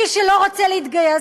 מי שלא רוצה להתגייס,